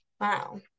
Wow